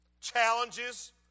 challenges